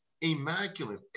immaculate